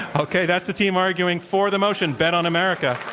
okay. that's the team arguing for the motion bet on america.